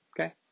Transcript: Okay